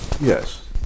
yes